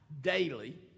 daily